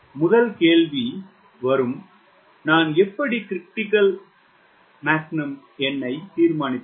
முதல் கேள்வி வரும் நான் எப்படி Mcr ஐ தீர்மானிப்பது